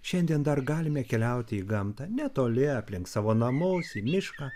šiandien dar galime keliauti į gamtą netoli aplink savo namus į mišką